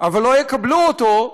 אבל לא יקבלו אותו,